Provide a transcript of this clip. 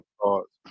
thoughts